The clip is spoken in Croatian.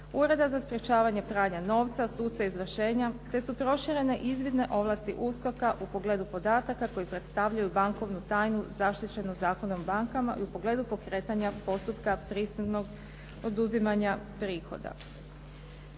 Ureda za sprječavanje pranja novca, suce izvršenja te su proširenje izvidne ovlasti USKOK-a u pogledu podataka koji predstavljaju bankovnu tajnu zaštićenu Zakonom o bankama i u pogledu pokretanja postupka prisilnog oduzimanja prihoda.